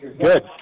Good